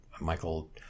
Michael